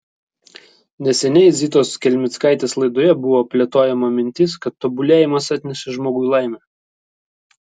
neseniai zitos kelmickaitės laidoje buvo plėtojama mintis kad tobulėjimas atneša žmogui laimę